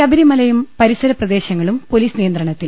ശബരിമലയും പരിസര പ്രദേശങ്ങളും പൊലീസ് നിയ ന്ത്രണത്തിൽ